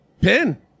pin